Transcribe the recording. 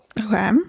Okay